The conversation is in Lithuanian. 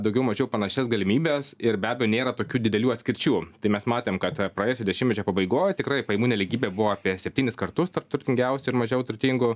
daugiau mažiau panašias galimybes ir be abejo nėra tokių didelių atskirčių tai mes matėm kad praėjusio dešimtmečio pabaigoj tikrai pajamų nelygybė buvo apie septynis kartus tarp turtingiausių ir mažiau turtingų